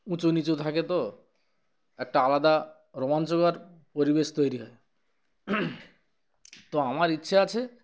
উঁচু নিচু থাকে তো একটা আলাদা রোমাঞ্চকর পরিবেশ তৈরি হয় তো আমার ইচ্ছে আছে